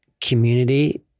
community